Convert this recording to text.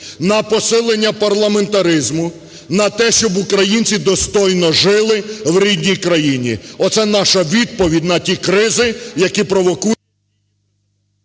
на посилення парламентаризму, на те, щоб українці достойно жили в рідній країні. Оце наша відповідь на ті кризи, які провокують…